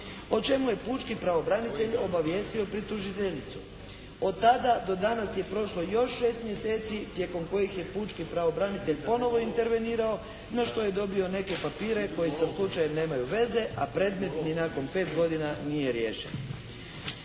o čemu je pučki pravobranitelj obavijestio tužiteljicu. Od tada do nas je prošlo još šest mjeseci tijekom kojih je pučki pravobranitelj ponovo intervenirao na što je dobio neke papire koji sa slučajem nema veze, a predmet ni nakon pet godina nije riješen.